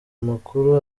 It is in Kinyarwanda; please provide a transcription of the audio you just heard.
amakuru